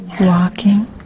walking